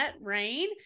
Rain